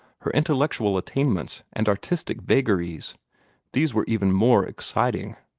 her intellectual attainments, and artistic vagaries these were even more exciting.